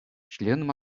членом